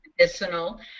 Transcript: medicinal